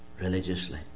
Religiously